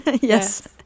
Yes